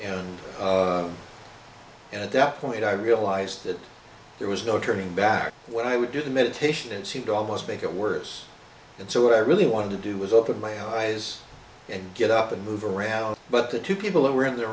fred and at that point i realized that there was no turning back what i would do the meditation seemed almost make it worse and so what i really wanted to do was open my eyes and get up and move around but the two people who were in the